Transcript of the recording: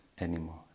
anymore